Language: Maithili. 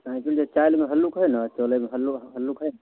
साइकिल कऽ चलि हल्लुक हय ने चलैमे हल्लुक हय ने